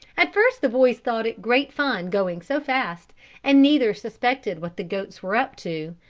at first the boys thought it great fun going so fast and neither suspected what the goats were up to,